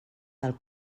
del